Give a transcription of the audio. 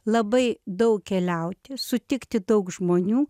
labai daug keliauti sutikti daug žmonių